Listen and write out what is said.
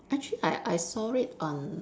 actually I I saw it on